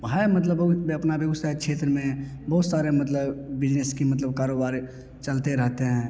है मतलब ओ भी अपना व्यवसाय क्षेत्र में बहुत सारे मतलब बिजनेस के मतलब कारोबार चलते रहते हैं